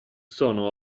sono